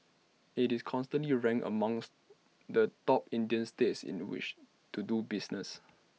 IT is consistently A ranks amongst the top Indian states in the which to do business